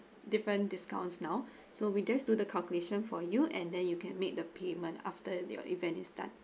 different discounts now so we just do the calculation for you and then you can make the payment after your event is start